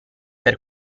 per